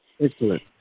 Excellent